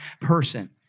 person